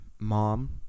Mom